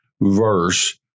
verse